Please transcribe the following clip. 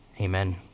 amen